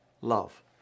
love